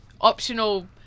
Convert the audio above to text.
optional